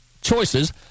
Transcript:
choices